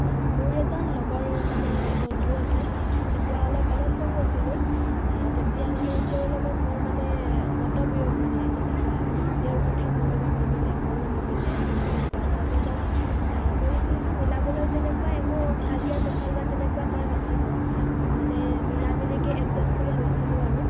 মোৰ এজন লগৰ মানে বন্ধু আছিল তেতিয়া অলপ অলপ সৰু আছিলোঁ তেতিয়া মানে তেওঁৰ লগত মোৰ মানে মতবিৰোধ মানে তেনেকুৱা তেওঁৰ কথা মোৰ লগত নিমিলে মোৰো নিমিলে তেনেকুৱা তাৰপিছত পৰিস্থিতিটো মিলাবলৈ তেনেকুৱা একো কাজিয়া পেঁচাল বা তেনেকুৱা কৰা নাছিলোঁ মানে মিলা মেলিকৈ এডজাষ্ট কৰি লৈছিলোঁ আৰু